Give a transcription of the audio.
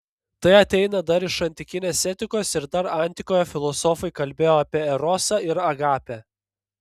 tai ateina dar iš antikinės etikos ir dar antikoje filosofai kalbėjo apie erosą ir agapę